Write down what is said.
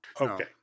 Okay